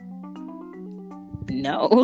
no